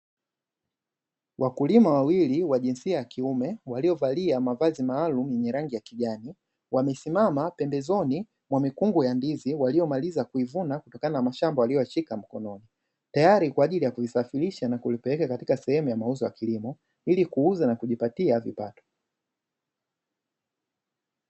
Wakulima wawili wa jinsia ya kiume waliovalia mavazi maalumu yenye rangi ya kijani, wamesimama pembezoni mwa mikungu ya ndizi waliyomaliza kuivuna kutokana na mashamba waliyoyashika mkononi, tayari kwa ajili ya kulisafirisha na kulipeleka katika sehemu mauzo ya kilimo ili kuuza na kujipatia vipato.